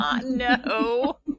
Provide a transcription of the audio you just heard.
No